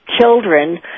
children